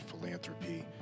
philanthropy